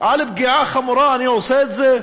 על פגיעה חמורה, אני עושה את זה?